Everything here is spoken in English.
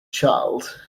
child